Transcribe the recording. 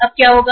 अब क्या होगा